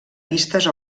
vistes